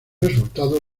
resultado